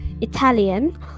Italian